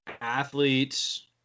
athletes